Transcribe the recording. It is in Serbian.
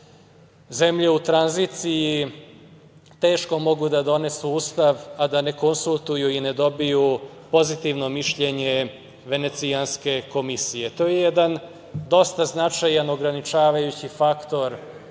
zemlje u tranziciji teško mogu da donesu Ustav, a da ne konsultuju i da ne dobiju pozitivno mišljenje Venecijanske komisije. To je jedan dosta značajan ograničavajući faktor